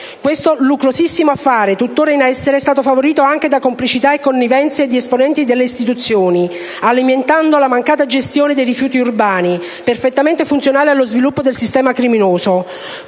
Questo lucrosissimo "affare", tuttora in essere, è stato favorito anche da complicità e connivenze di esponenti delle istituzioni, alimentando la mancata gestione dei rifiuti urbani, perfettamente funzionale allo sviluppo del sistema criminoso.